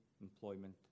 employment